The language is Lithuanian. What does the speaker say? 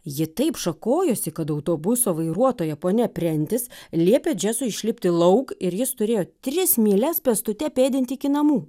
ji taip šakojosi kad autobuso vairuotoja ponia prentis liepė džesui išlipti lauk ir jis turėjo tris mylias pėstute pėdinti iki namų